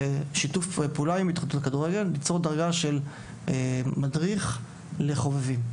בשיתוף פעולה עם התאחדות הכדורגל ליצור דרגה למדריך של חובבים.